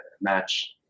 match